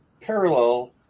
parallel